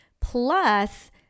plus